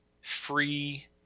free